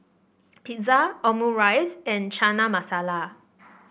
Pizza Omurice and Chana Masala